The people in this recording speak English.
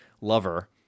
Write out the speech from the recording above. lover